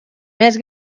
més